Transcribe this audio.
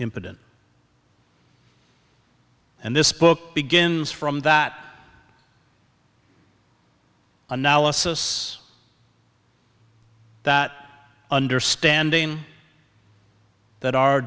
impotent and this book begins from that analysis that understanding that our